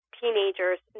teenagers